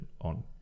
on